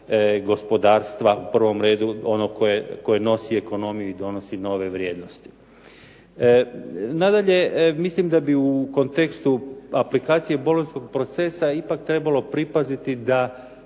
gospodarstva, u prvom redu onog koji nosi ekonomiju i donosi nove vrijednosti. Nadalje, mislim da bi u kontekstu aplikacije bolonjskog procesa ipak trebalo pripaziti da